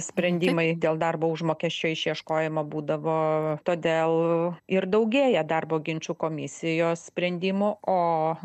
sprendimai dėl darbo užmokesčio išieškojimo būdavo todėl ir daugėja darbo ginčų komisijos sprendimų o